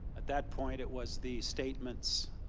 at that point, it was the statements